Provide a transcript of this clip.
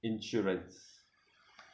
insurance